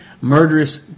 murderous